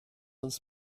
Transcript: uns